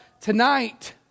tonight